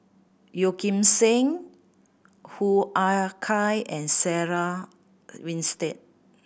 Yeo Kim Seng Hoo Ah Kay and Sarah Winstedt